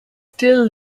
still